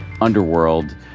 underworld